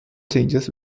changes